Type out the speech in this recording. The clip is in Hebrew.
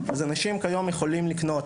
אז אנשים כיום יכולים לקנות.